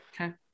Okay